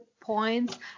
points